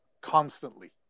constantly